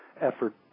effort